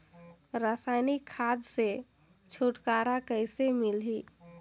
रसायनिक खाद ले छुटकारा कइसे मिलही?